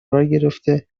برگرفته